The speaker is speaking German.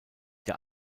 der